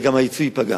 וגם היצוא ייפגע.